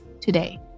today